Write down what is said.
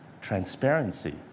transparency